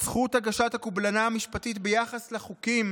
את זכות הקובלנה המשפטית ביחס ל'חוקים'